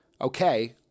Okay